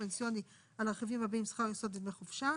פנסיוני על המרכיבים הבאים: שכר יסוד ודמי חופשה.